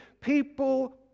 people